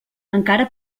encara